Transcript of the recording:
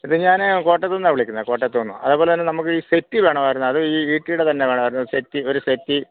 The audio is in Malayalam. ഇത് ഞാൻ കോട്ടയത്തുനിന്നാ വിളിക്കുന്നത് കോട്ടയത്തുനിന്ന് അതേപോലെത്തന്നെ നമുക്ക് ഈ സെറ്റ് വേണമായിരുന്നു അത് ഈട്ടിയുടെ തന്നെ വേണമായിരുന്നു സെറ്റ് ഒരു സെറ്റ്